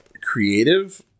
creative